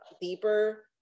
deeper